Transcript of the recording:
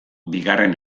bigarren